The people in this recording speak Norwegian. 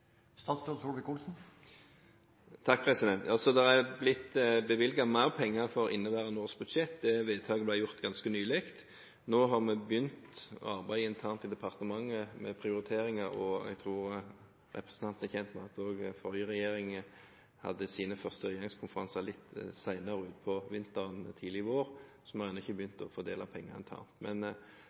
inneværende års budsjett. Det vedtaket ble gjort ganske nylig. Nå har vi begynt å arbeide internt i departementet med prioriteringer, og jeg tror representanten er kjent med at også forrige regjering hadde sine første regjeringskonferanser litt senere utpå vinteren/tidlig vår, så vi har ennå ikke begynt å fordele